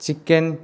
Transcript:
chicken